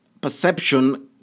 perception